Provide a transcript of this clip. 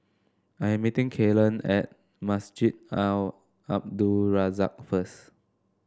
I am meeting Kalen at Masjid Al Abdul Razak first